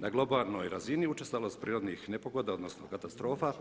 Na globalnoj razini učestalost prirodnih nepogoda odnosno katastrofa